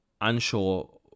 unsure